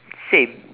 same